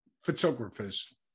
photographers